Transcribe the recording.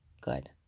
good